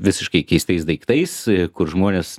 visiškai keistais daiktais kur žmonės